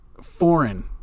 foreign